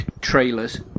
trailers